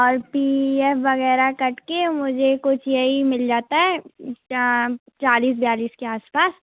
और P F वग़ैरह cut के मुझे कुछ यही मिल जाता है चालिस बयालीस के आस पास